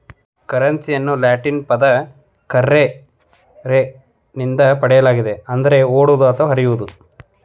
ಕರೆನ್ಸಿಯನ್ನು ಲ್ಯಾಟಿನ್ ಪದ ಕರ್ರೆರೆ ನಿಂದ ಪಡೆಯಲಾಗಿದೆ ಅಂದರೆ ಓಡುವುದು ಅಥವಾ ಹರಿಯುವುದು